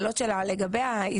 זה גם באמצעות מייל,